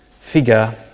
figure